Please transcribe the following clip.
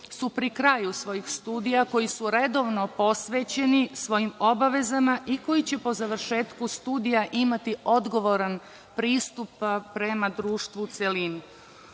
su pri kraju svojih studija, koji su redovno posvećeni svojim obavezama i koji će po završetku studija imati odgovoran pristup prema društvu u celini.U